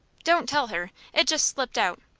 don't tell her. it just slipped out.